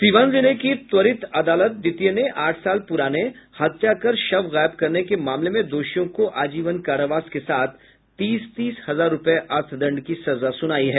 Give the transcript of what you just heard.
सीवान जिले की त्वरित अदालत द्वितीय ने आठ साल पुराने हत्या कर शव गायब करने के मामले में दोषियों को आजीवन कारावास के साथ तीस तीस हजार रुपये अर्थदंड की सजा सुनाई है